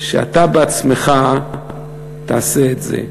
שאתה עצמך תעשה את זה.